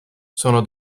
sono